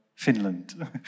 Finland